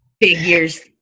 figures